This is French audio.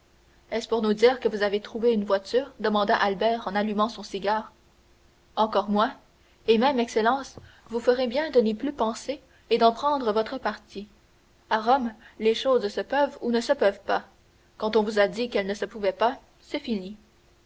était-ce pour nous dire que vous aviez trouvé une voiture demanda albert en allumant son cigare encore moins et même excellence vous ferez bien de n'y plus penser et d'en prendre votre parti à rome les choses se peuvent ou ne se peuvent pas quand on vous a dit qu'elles ne se pouvaient pas c'est fini